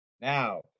Now